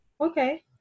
Okay